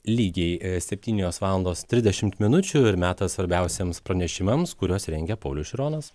lygiai septynios valandos trisdešimt minučių ir metas svarbiausiems pranešimams kuriuos rengia paulius šironas